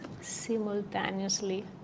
simultaneously